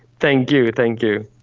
thank you, thank you.